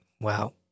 Wow